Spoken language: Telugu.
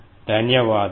ధన్యవాదాలు